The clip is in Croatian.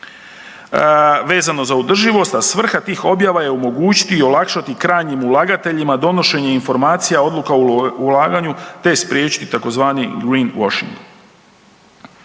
vezano za održivost, a svrha tih objava je omogućiti i olakšati krajnjim ulagateljima donošenje informacija, odluka o ulaganju te spriječiti tzv. greenwashing.